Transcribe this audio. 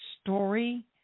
story